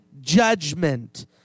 judgment